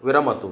विरमतु